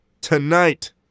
Tonight